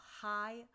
high